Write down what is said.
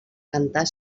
cantar